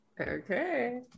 Okay